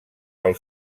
pel